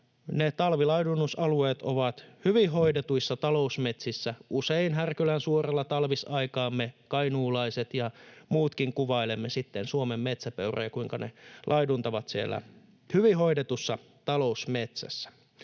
talvilaidunnusalueet ovat hyvin hoidetuissa talousmetsissä. Usein Härkölänsuoralla talvisaikaan me kainuulaiset ja muutkin kuvailemme Suomen metsäpeuroja, kuinka ne laiduntavat siellä hyvin hoidetussa talousmetsässä.